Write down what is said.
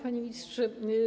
Panie Ministrze!